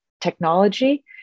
technology